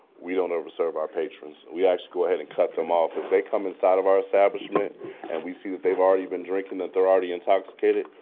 we don't over serve our patrons. we actually go ahead and cut them off. if they come inside of our establishment and we see that they've already been drinking, that they're already intoxicated,